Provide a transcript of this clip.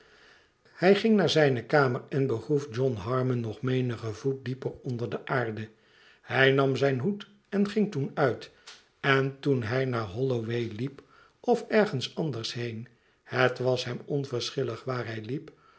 hij ging naar zijne kamer en begroef john harmon nog menigen voet dieper onder de aarde hij nam zijn hoed en ging toen uit en toen hij naar houoway liep of ergens anders heen het was hem onverschillig waarbij liep